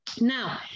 Now